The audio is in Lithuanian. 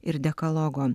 ir dekalogo